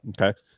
okay